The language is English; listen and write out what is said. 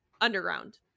underground